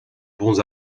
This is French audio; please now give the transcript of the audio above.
bons